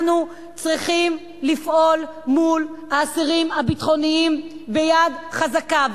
אנחנו צריכים לפעול מול האסירים הביטחוניים ביד חזקה.